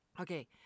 okay